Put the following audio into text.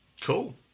Cool